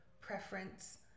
preference